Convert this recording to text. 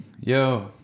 yo